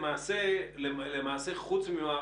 אנחנו מזכירים שלמעשה לשלבי הטיפול ברעידת אדמה יש מספר שלבים.